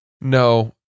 no